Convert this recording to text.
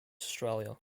australia